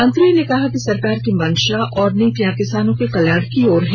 मंत्री ने कहा सरकार की मंशा और नीतियां किसानों के कल्याण की ओर हैं